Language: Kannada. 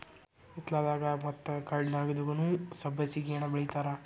ಹಿತ್ತಲದಾಗ ಮತ್ತ ಗಾರ್ಡನ್ದಾಗುನೂ ಸಬ್ಬಸಿಗೆನಾ ಬೆಳಿತಾರ